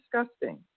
disgusting